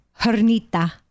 Hernita